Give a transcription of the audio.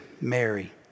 Mary